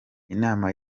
inama